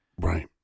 Right